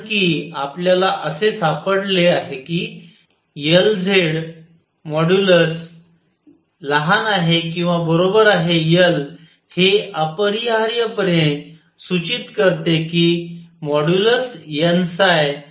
कारण कि आपल्याला असे सापडले आहे कि Lz। ≤L हे अपरिहार्यपणे सूचित करते की n Kℏ